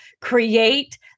create